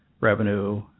revenue